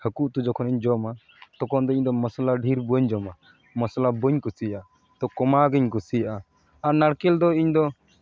ᱦᱟᱹᱠᱩ ᱩᱛᱩ ᱡᱚᱠᱚᱱᱤᱧ ᱡᱚᱢᱟ ᱛᱚᱠᱷᱚᱱ ᱫᱚ ᱤᱧ ᱢᱚᱥᱞᱟ ᱰᱷᱮᱨ ᱵᱟᱹᱧ ᱡᱚᱢᱟ ᱢᱚᱥᱞᱟ ᱵᱟᱹᱧ ᱠᱩᱥᱤᱭᱟᱜ ᱛᱚ ᱠᱚᱢᱟᱣ ᱜᱤᱧ ᱠᱩᱥᱤᱭᱟᱜᱼᱟ ᱟᱨ ᱱᱟᱲᱠᱮᱞ ᱫᱚ ᱤᱧᱫᱚ